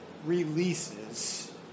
Releases